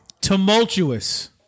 tumultuous